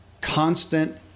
constant